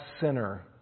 sinner